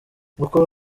uko